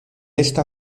esta